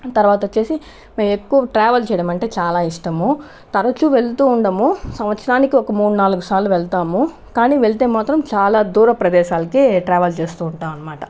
తర్వాత వచ్చేసి మేము ఎక్కువ ట్రావెల్ చేయడం అంటే చాలా ఇష్టము తరచూ వెళ్తూ ఉండము సంవత్సరానికి ఒక మూడు నాలుగు సార్లు వెళ్తాము కానీ వెళ్తే మాత్రం చాలా దూర ప్రదేశాలకి ట్రావెల్ చేస్తూ ఉంటాం అనమాట